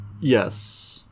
Yes